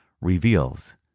reveals